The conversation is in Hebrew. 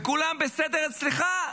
כולם בסדר אצלך,